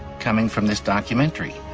coming from this documentary.